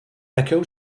deco